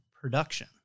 production